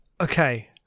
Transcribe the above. Okay